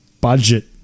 budget